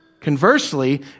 Conversely